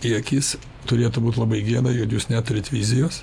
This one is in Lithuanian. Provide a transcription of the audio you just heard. į akis turėtų būt labai gėda jog jūs neturit vizijos